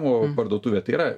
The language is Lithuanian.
nu parduotuvė tai yra